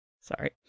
Sorry